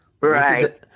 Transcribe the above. Right